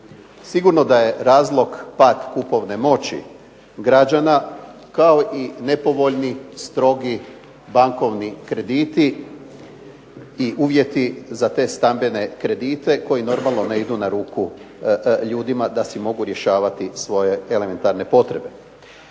Sigurno da je razlog pad kupovne moći građana, kao i nepovoljni strogi bankovni krediti i uvjeti za te stambene kredite koji ne idu normalno na ruku ljudima da si mogu rješavati svoje elementarne potrebe.